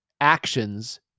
actions